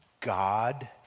God